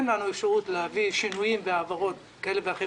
לנו אפשרות להביא שינויים והעברות כאלה ואחרים